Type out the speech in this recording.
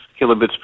kilobits